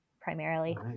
primarily